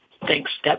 thanks